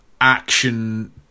Action